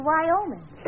Wyoming